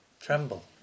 tremble